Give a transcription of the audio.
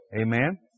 Amen